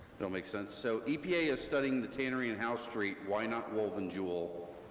it'll make sense. so epa is studying the tannery and house street, why not wolven jewell,